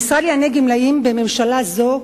המשרד לענייני גמלאים בממשלה זו,